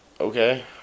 Okay